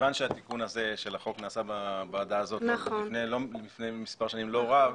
כיוון שהתיקון הזה של החוק נעשה בוועדה הזאת לפני מספר שנים לא רב,